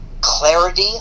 clarity